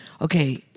okay